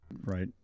Right